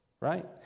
right